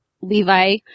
Levi